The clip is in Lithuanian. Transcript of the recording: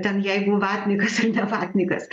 ten jeigu vatnikas ar ne vatnikas